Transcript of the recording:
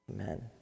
amen